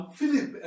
Philip